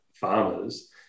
farmers